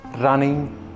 running